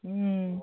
হুম